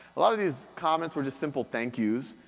a lot of these comments were just simple thank yous.